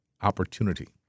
opportunity